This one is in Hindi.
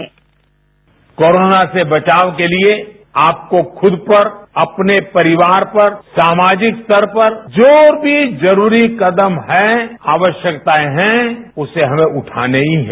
बाईट पीएम कोरोना से बचाव के लिए आपको खुद पर अपने परिवार पर सामाजिक स्तर पर जो भी जरूरी कदम हैं आवश्यकताएं हैं उसे हमें उठाने ही हैं